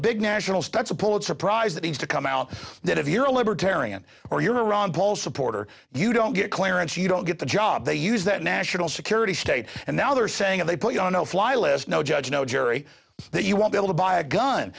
big national spezza pulitzer prize that needs to come out that if you're a libertarian or you're a ron paul supporter you don't get clearance you don't get the job they use that national security state and now they're saying if they put you on no fly list no judge no jury that you won't be able to buy a gun